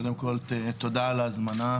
קודם כול, תודה על ההזמנה.